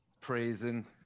praising